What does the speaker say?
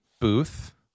booth